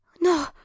No